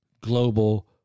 global